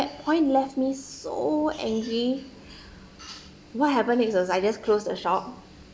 point left me so angry what happened next was I just closed the shop